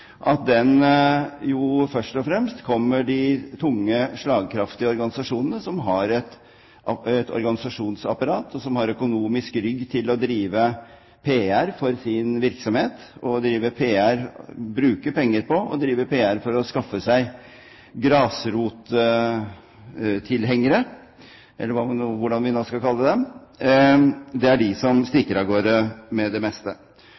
har økonomisk rygg til å drive PR for sin virksomhet og bruke penger på å drive PR for å skaffe seg grasrottilhengere, eller hva vi nå skal kalle dem, som stikker av gårde med det meste.